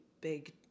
big